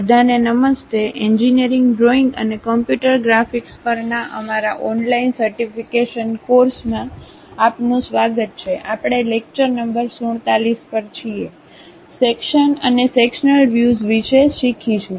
બધાને નમસ્તે engineering drawing અને કમ્પ્યુટર ગ્રાફિક્સ પરના અમારા ઓનલાઇન સર્ટિફિકેશન કોર્સ માં આપનું સ્વાગત છે આપણે લેક્ચર નંબર 47 પર છીએ સેક્શન અને સેક્શન્લ વ્યુઝ વિશે શીખીશું